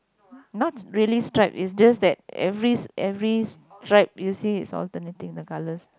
not really stripe is just that every every stripe you see is alternating the colours